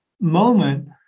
moment